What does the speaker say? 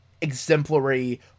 exemplary